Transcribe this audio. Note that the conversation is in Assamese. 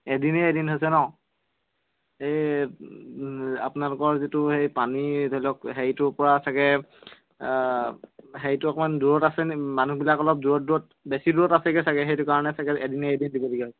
এদিন এৰি এদিন হৈছে ন এই আপোনালোকৰ যিটো সেই পানী ধৰি লওক হেৰিটোৰ পৰা চাগে হেৰিটো অকণমান দূৰত আছেনে মানুহবিলাক অলপ দূৰত দূৰত বেছি দূৰত আছেগৈ চাগে সেইটো কাৰণে চাগে এদিন এৰি এদিন দিবলগীয়া হৈছে